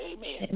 Amen